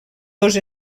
dos